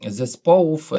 zespołów